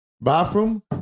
bathroom